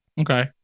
Okay